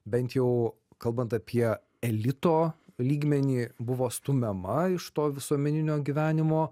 bent jau kalbant apie elito lygmenį buvo stumiama iš to visuomeninio gyvenimo